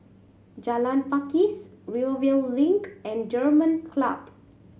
Jalan Pakis Rivervale Link and German Club